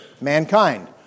mankind